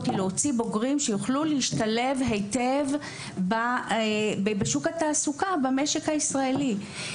היא להוציא בוגרים שיוכלו להשתלב היטב בשוק התעסוקה ובמשק הישראלי.